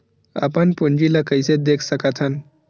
अपन पूंजी ला कइसे देख सकत हन?